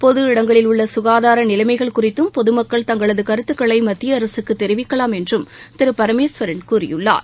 பொதுஇடங்களில் உள்ள சுகாதார நிலைமைகள் குறித்தும் பொதுமக்கள் தங்களது கருத்துக்களை மத்தியஅரசுக்கு தெரிவிக்கலாம் என்றும் திரு பரமேஸ்வரன் கூறியுள்ளார்